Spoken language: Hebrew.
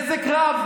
איזה קרב,